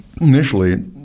initially